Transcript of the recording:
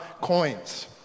coins